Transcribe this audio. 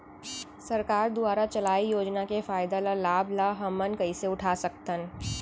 सरकार दुवारा चलाये योजना के फायदा ल लाभ ल हमन कइसे उठा सकथन?